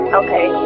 okay